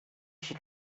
she